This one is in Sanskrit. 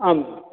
आम्